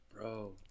bro